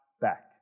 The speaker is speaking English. back